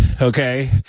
Okay